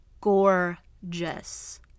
gorgeous